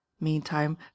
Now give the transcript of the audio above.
Meantime